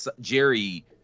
Jerry